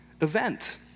event